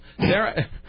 Sarah